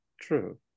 True